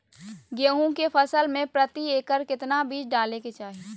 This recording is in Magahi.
गेहूं के फसल में प्रति एकड़ कितना बीज डाले के चाहि?